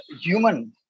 human